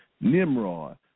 Nimrod